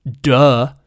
duh